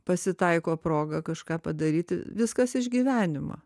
pasitaiko proga kažką padaryti viskas iš gyvenimo